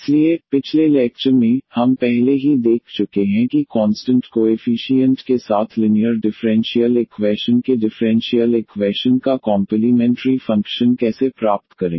इसलिए पिछले लैक्चर में हम पहले ही देख चुके हैं कि कॉन्सटंट कोएफीशीयंट के साथ लिनीयर डिफ़्रेंशियल इक्वैशन के डिफ़्रेंशियल इक्वैशन का कॉम्पलीमेंटरी फंक्शन कैसे प्राप्त करें